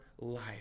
life